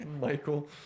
Michael